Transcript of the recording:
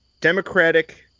Democratic